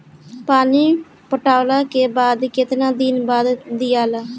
पानी पटवला के बाद केतना दिन खाद दियाला?